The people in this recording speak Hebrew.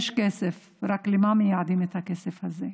יש כסף, רק למה מייעדים את הכסף הזה.